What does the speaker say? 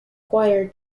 choir